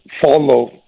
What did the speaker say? follow